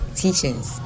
teachings